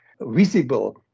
visible